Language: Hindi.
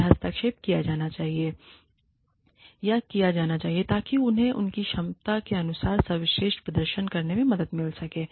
और हस्तक्षेप किया जा सकता है या किया जाना चाहिए ताकि उन्हें अपनी क्षमता के अनुसार सर्वश्रेष्ठ प्रदर्शन करने में मदद मिल सके